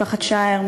משפחת שער,